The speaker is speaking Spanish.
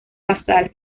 basal